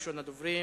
561,